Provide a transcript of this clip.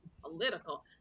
Political